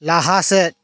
ᱞᱟᱦᱟ ᱥᱮᱫ